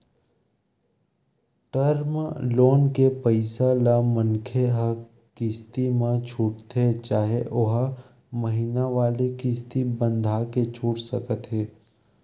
term loan के पइसा ल मनखे ह किस्ती म छूटथे चाहे ओहा महिना वाले किस्ती बंधाके छूट सकत हे